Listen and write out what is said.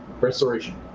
Restoration